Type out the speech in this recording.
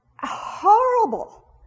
horrible